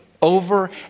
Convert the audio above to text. Over